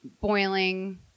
boiling